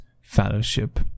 fellowship